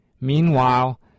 Meanwhile